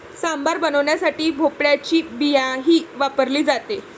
सांबार बनवण्यासाठी भोपळ्याची बियाही वापरली जाते